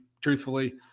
Truthfully